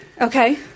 Okay